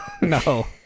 No